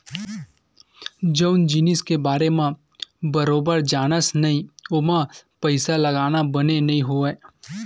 जउन जिनिस के बारे म बरोबर जानस नइ ओमा पइसा लगाना बने नइ होवय